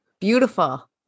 Beautiful